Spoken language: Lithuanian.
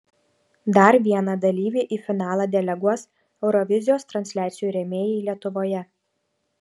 dar vieną dalyvį į finalą deleguos eurovizijos transliacijų rėmėjai lietuvoje